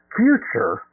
future